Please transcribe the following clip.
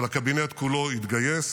אבל הקבינט כולו התגייס